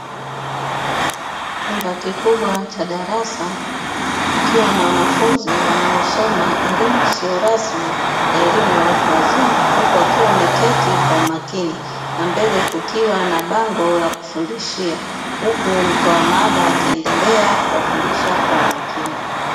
Chumba kikubwa cha darasa, kukiwa na wanafunzi wanaosoma elimu isiyo rasmi na elimu ya watu wazima, huku wakiwa wameketi kwa umakini na mbele kukiwa na bango la kufundishia; huku mtoa mada akiendelea kuwafundisha kwa umakini.